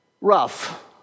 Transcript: rough